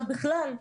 ובכלל,